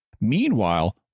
Meanwhile